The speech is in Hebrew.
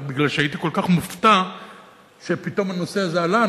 רק מפני שהייתי כל כך מופתע שפתאום הנושא הזה עלה,